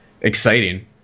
exciting